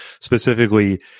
specifically